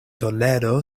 toledo